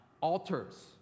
altars